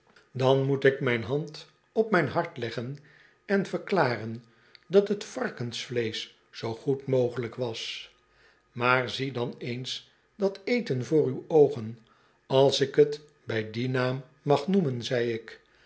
dan moet ik mijn hand op mijn hart leggen en verklaren dat t varkensvleèsch zoo goed mogelijk was maar zie dan eens dat eten voor uw oogen als ik t bij dien naam mag noemen zei ik